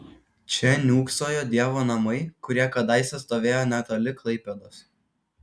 čia niūksojo dievo namai kurie kadaise stovėjo netoli klaipėdos